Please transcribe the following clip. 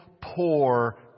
poor